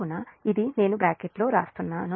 కాబట్టి ఇది నేను బ్రాకెట్లలో వ్రాసాను